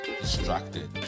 distracted